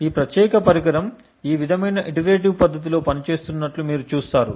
ఈ ప్రత్యేక పరికరం ఈ విధమైన ఇటరేటివ్పద్ధతిలో పనిచేస్తున్నట్లు మీరు చూస్తారు